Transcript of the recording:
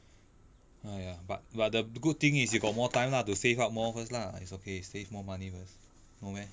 !aiya! but but the good thing is you got more time lah to save up more first lah it's okay save more money first no meh